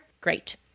Great